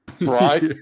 right